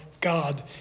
God